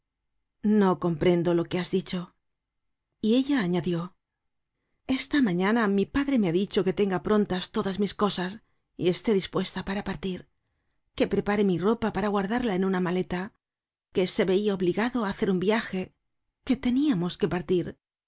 no comprendo lo que has dicho y ella añadió esta mañana mi padre me ha dicho que tenga prontas todas mis cosas y esté dispuesta para partir que prepare mi ropa para guardarla en una maleta que se veia obligado á hacer un viaje que teníamos que partir